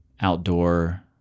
outdoor